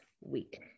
week